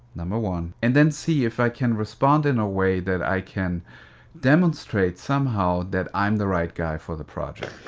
number one, and then see if i can respond in a way that i can demonstrate somehow that i'm the right guy for the project.